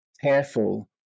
careful